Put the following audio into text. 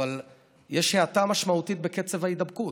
אבל יש האטה משמעותית בקצב ההידבקות.